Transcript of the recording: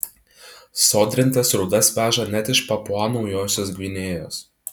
sodrintas rūdas veža net iš papua naujosios gvinėjos